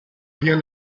rien